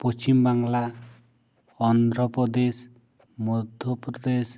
Paschim Bangla Andhra Pradesh Madhya Pradesh